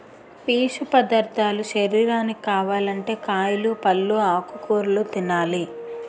పీసు పదార్ధాలు శరీరానికి కావాలంటే కాయలు, పల్లు, ఆకుకూరలు తినాలి